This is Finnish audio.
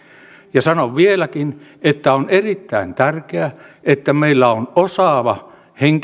ja sanon vieläkin että on erittäin tärkeää että meillä on osaava